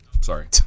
Sorry